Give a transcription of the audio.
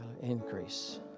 Increase